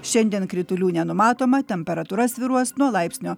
šiandien kritulių nenumatoma temperatūra svyruos nuo laipsnio